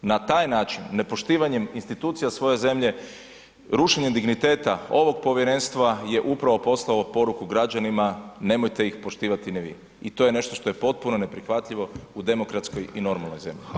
Na taj način nepoštivanjem institucija svoje zemlje, rušenjem digniteta ovog povjerenstva je upravo poslao poruku građanima nemojte ih poštivati ni vi i to nešto što je potpuno neprihvatljivo u demokratskoj i normalnoj zemlji.